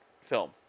film